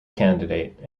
candidate